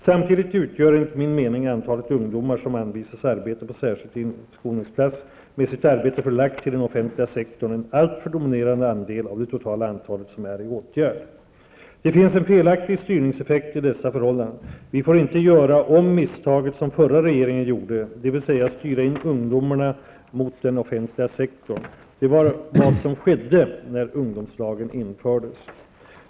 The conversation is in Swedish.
Samtidigt utgör enligt min mening antalet ungdomar som anvisats arbete på särskild inskolningsplats, med sitt arbete förlagt till den offentliga sektorn, en alltför dominerande andel av det totala antalet som är i åtgärd. Det finns en felaktig styrningseffekt i dessa förhållanden. Vi får inte göra om misstaget som förra regeringen gjorde, dvs. styra in ungdomarna mot den offentliga sektorn. Det var vad som skedde när ungdomslagen infördes.